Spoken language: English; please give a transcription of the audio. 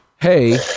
hey